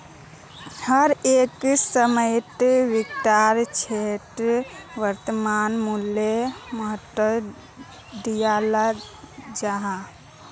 हर एक समयेत वित्तेर क्षेत्रोत वर्तमान मूल्योक महत्वा दियाल जाहा